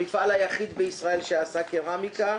המפעל היחיד בישראל שעשה קרמיקה.